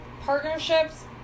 partnerships